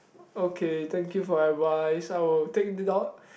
okay thank you for advice I will think it out